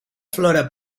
flora